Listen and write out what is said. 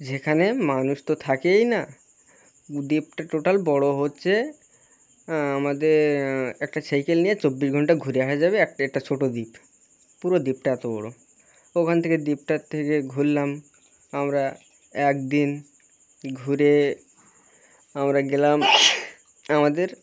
যেখানে মানুষ তো থাকেই না দ্বীপটা টোটাল বড়ো হচ্ছে আমাদের একটা সাইকেল নিয়ে চব্বিশ ঘন্টা ঘুরে আসা যাবে একটা এটা ছোট্ট দ্বীপ পুরো দ্বীপটা এত বড়ো ওখান থেকে দ্বীপটার থেকে ঘুরলাম আমরা একদিন ঘুরে আমরা গেলাম আমাদের